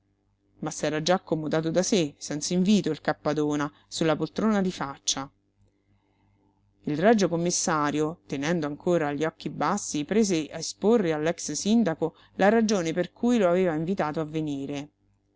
ma s'era già accomodato da sé senz'invito il cappadona sulla poltrona di faccia il regio commissario tenendo ancora gli occhi bassi prese a esporre all'ex-sindaco la ragione per cui lo aveva invitato a venire